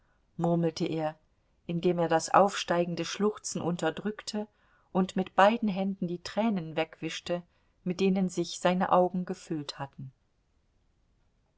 murmelte er indem er das aufsteigende schluchzen unterdrückte und mit beiden händen die tränen wegwischte mit denen sich seine augen gefüllt hatten